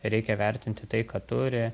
reikia vertinti tai ką turi